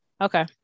Okay